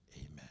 Amen